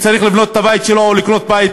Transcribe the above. שתאגידי המים הפכו למשרדים מפוארים,